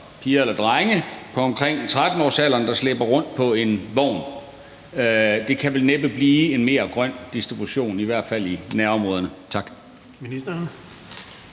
piger eller drenge i omkring 13-årsalderen, der slæber rundt på en vogn. Det kan vel næppe blive en mere grøn distribution, i hvert fald i nærområderne. Tak.